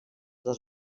dos